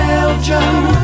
Belgium